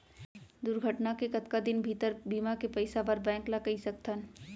दुर्घटना के कतका दिन भीतर बीमा के पइसा बर बैंक ल कई सकथन?